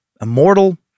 immortal